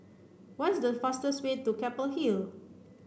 what's the fastest way to Keppel Hill